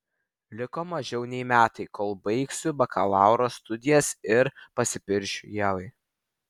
liko mažiau nei metai kol baigsiu bakalauro studijas ir pasipiršiu ievai